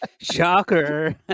Shocker